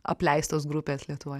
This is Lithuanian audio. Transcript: apleistos grupės lietuvoj